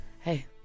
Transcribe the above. hey